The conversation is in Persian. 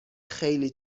خیلی